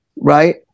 Right